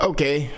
Okay